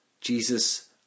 Jesus